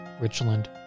Richland